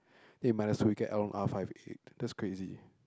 eh might as well we get L one R five eight that's crazy